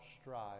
strive